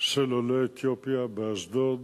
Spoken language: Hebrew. של עולי אתיופיה באשדוד,